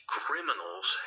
criminals